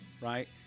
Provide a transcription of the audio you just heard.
right